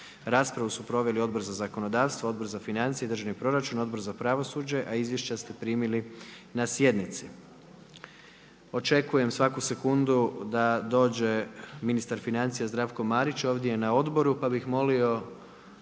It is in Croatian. Raspravu su proveli Odbor za zakonodavstvo, Odbor za financije i državni proračun, Odbor za pravosuđe a izvješća ste primili na sjednici. Očekujem svaku sekundu da dođe ministar financija Zdravko Marić, ovdje je na odboru pa bih molio